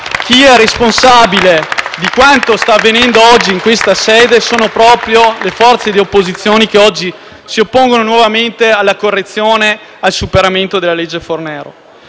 I responsabili di quanto sta avvenendo in questa sede sono proprio le forze d'opposizione che oggi si oppongono nuovamente alla correzione e al superamento della legge Fornero.